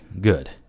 good